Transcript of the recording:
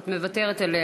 את מוותרת עליה.